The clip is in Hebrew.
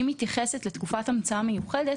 היא מתייחסת לתקופת המצאה מיוחדת,